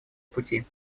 пути